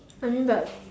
I mean but